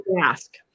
ask